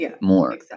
more